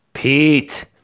Pete